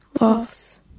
loss